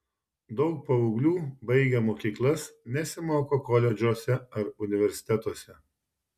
daug paauglių baigę mokyklas nesimoko koledžuose ar universitetuose